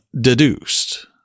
deduced